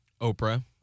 Oprah